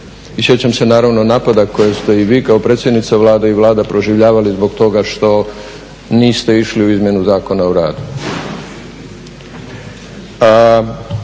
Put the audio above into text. I sjećam se naravno napada koja ste i vi kao predsjednica Vlade i vlada proživljavali zbog toga što niste išli u izmjenu Zakona o radu.